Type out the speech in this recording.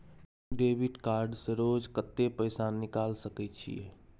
Debit card से रोज कत्ते पैसा निकाल सके छिये?